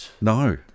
No